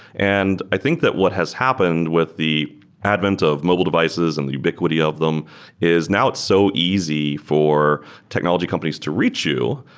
and i think that what has happened with the advent of mobile devices and the ubiquity of them is now it's so easy for technology companies to reach you,